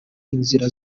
inzira